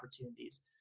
opportunities